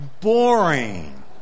boring